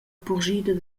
purschida